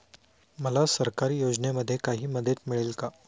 मला सरकारी योजनेमध्ये काही मदत मिळेल का?